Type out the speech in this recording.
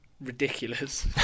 Ridiculous